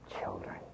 children